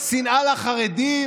שנאה לחרדים,